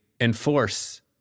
enforce